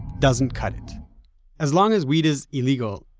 doesn't cut it as long as weed is illegal,